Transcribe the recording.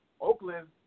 Oakland